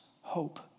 hope